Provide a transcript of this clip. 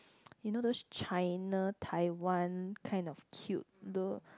you know those China Taiwan kind of cute tho~